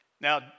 now